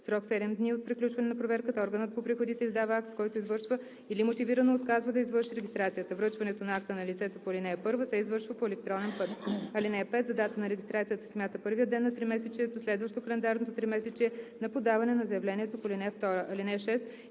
срок 7 дни от приключване на проверката органът по приходите издава акт, с който извършва или мотивирано отказва да извърши регистрацията. Връчването на акта на лицето по ал. 1 се извършва по електронен път. (5) За дата на регистрацията се смята първият ден на тримесечието, следващо календарното тримесечие на подаване на заявлението по ал. 2. (6)